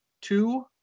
two